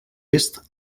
est